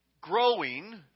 growing